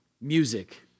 music